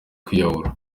kwiyahura